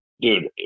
Dude